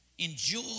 Enjoy